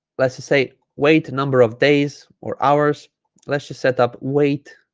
let's just say wait number of days or hours let's just set up weight